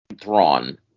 Thrawn